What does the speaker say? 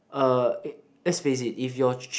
uh let's face it if your